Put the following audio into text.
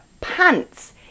pants